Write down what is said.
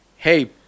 Hey